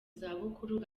zabukuru